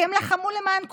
כי הם לחמו למען כולנו.